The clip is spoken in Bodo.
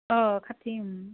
अ खाथि